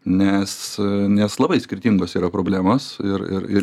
nes nes labai skirtingos yra problemos ir ir ir